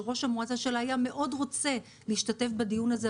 שראש המועצה שלה מאוד רוצה להשתתף בדיון הזה,